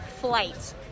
flight